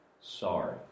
sorry